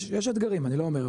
יש אתגרים אני לא אומר,